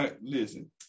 Listen